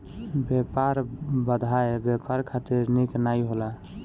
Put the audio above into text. व्यापार बाधाएँ व्यापार खातिर निक नाइ होला